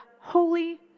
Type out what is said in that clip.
Holy